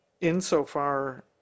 insofar